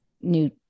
new